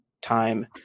time